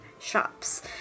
shops